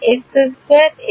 x2 এবং